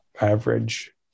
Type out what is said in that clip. average